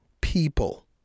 people